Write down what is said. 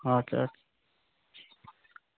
okay